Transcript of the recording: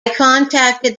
contacted